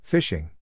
Fishing